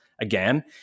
again